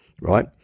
right